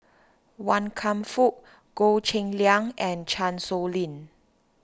Wan Kam Fook Goh Cheng Liang and Chan Sow Lin